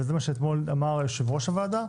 וזה מה שאתמול אמר יושב ראש הוועדה,